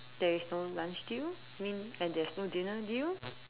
there is no lunch deal mean and there is no dinner deal